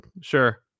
sure